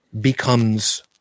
becomes